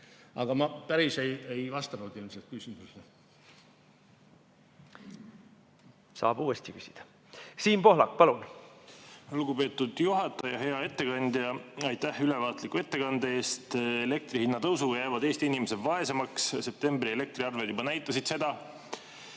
Saab uuesti küsida. Siim Pohlak, palun! Saab uuesti küsida. Siim Pohlak, palun! Lugupeetud juhataja! Hea ettekandja, aitäh ülevaatliku ettekande eest! Elektri hinna tõusuga jäävad Eesti inimesed vaesemaks. Septembri elektriarved juba näitasid seda.